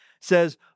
says